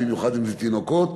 במיוחד אם זה תינוקות.